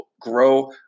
grow